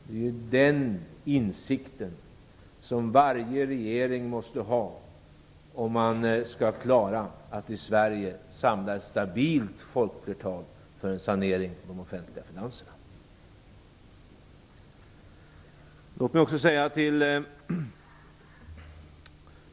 Det är den insikten varje regering måste ha för att klara att i Sverige samla ett stabilt folkflertal för en sanering av de offentliga finanserna.